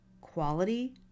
quality